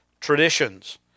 traditions